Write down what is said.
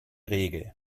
regel